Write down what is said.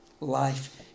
Life